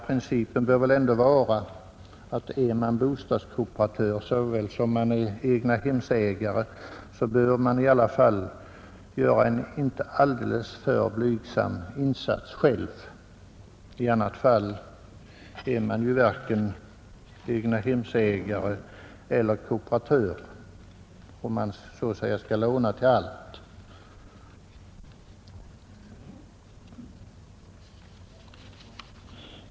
Principen bör väl ändå vara att en kooperatör lika väl som en egnahemsägare skall göra en inte alltför blygsam insats själv. Om man så att säga skall låna till allt är man knappast vare sig egnahemsägare eller kooperatör.